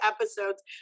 episodes